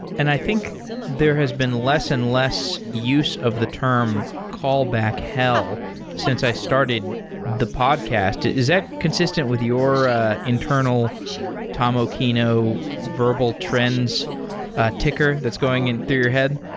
and i think there has been less and less use of the term callback hell since i started the podcast. is it consistent with your ah internal tom occhino verbal trends ticker that's going in through your head?